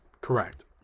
Correct